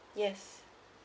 yes